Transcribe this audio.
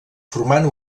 formant